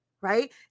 right